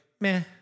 meh